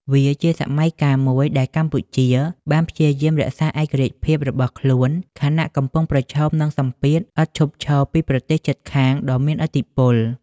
វាជាសម័យកាលមួយដែលកម្ពុជាបានព្យាយាមរក្សាឯករាជ្យភាពរបស់ខ្លួន ខណៈកំពុងប្រឈមនឹងសម្ពាធឥតឈប់ឈរពីប្រទេសជិតខាងដ៏មានឥទ្ធិពល។